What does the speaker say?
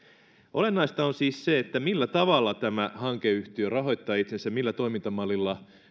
olennaista on siis se millä tavalla tämä hankeyhtiö rahoittaa itsensä millä toimintamallilla